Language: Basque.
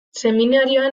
seminarioan